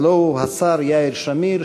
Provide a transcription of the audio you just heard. הלוא הוא השר יאיר שמיר,